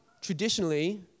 Traditionally